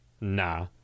nah